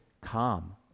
calm